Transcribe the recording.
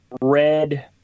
red